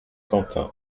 quentin